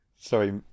Sorry